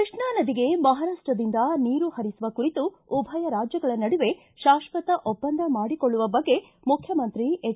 ಕೃಷ್ಣಾ ನದಿಗೆ ಮಹಾರಾಷ್ಷದಿಂದ ನೀರು ಹರಿಸುವ ಕುರಿತು ಉಭಯ ರಾಜ್ಯಗಳ ನಡುವೆ ಶಾಶ್ವತ ಒಪ್ಪಂದ ಮಾಡಿಕೊಳ್ಳುವ ಬಗ್ಗೆ ಮುಖ್ಯಮಂತ್ರಿ ಎಚ್